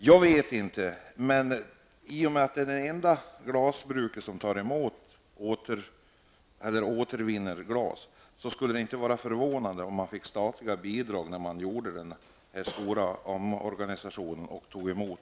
Det skulle inte vara förvånande om man -- i och med att man är det enda glasbruk som tar emot och återvinner glas -- fick statliga bidrag när man gjorde denna stora omorganisation.